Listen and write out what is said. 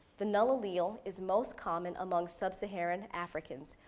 the null allele is most common among sub-saharan africans,